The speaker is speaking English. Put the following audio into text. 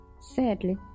Sadly